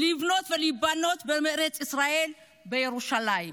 לבנות ולהיבנות בארץ ישראל בירושלים.